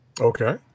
Okay